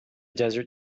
desert